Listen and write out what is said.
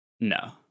No